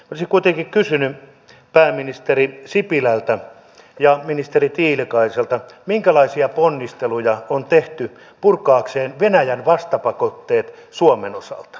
olisin kuitenkin kysynyt pääministeri sipilältä ja ministeri tiilikaiselta minkälaisia ponnisteluja on tehty venäjän vastapakotteiden purkamiseksi suomen osalta